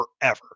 forever